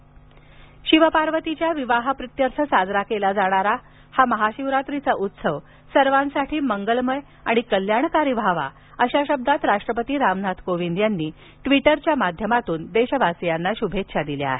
राष्ट्रपती शिवपार्वतीच्या विवाहाप्रीत्यर्थ साजरा केला जाणारा हा महाशिवरात्रीचा उत्सव सर्वांसाठी मंगलमय आणि कल्याणकारी व्हावा अशा शब्दात राष्ट्रपती रामनाथ कोविंद यांनी ट्वीटरच्या माध्यमातून देशवासियांना शुभेच्छा दिल्या आहेत